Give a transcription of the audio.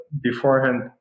beforehand